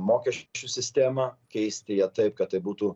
mokesčių sistemą keisti ją taip kad tai būtų